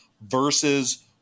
versus